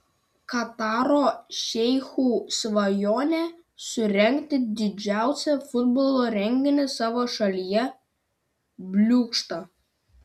kataro šeichų svajonė surengti didžiausią futbolo renginį savo šalyje bliūkšta